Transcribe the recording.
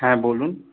হ্যাঁ বলুন